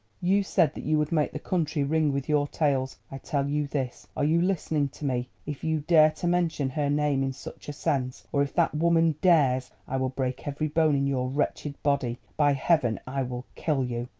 you said that you would make the country ring with your tales. i tell you this are you listening to me? if you dare to mention her name in such a sense, or if that woman dares, i will break every bone in your wretched body by heaven i will kill you!